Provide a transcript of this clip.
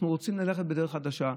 אנחנו רוצים ללכת בדרך חדשה.